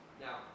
Now